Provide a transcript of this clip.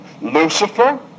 Lucifer